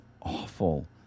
awful